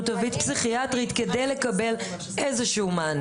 תווית פסיכיאטרית כדי לקבל איזשהו מענה.